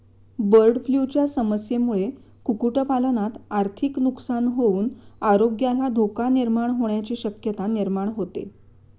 बर्डफ्लूच्या समस्येमुळे कुक्कुटपालनात आर्थिक नुकसान होऊन आरोग्याला धोका निर्माण होण्याची शक्यता निर्माण होते